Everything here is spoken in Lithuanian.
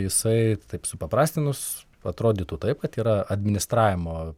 jisai taip supaprastinus atrodytų taip kad yra administravimo